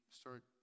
start